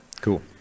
cool